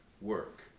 work